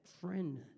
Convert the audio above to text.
friend